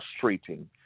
frustrating